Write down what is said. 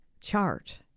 chart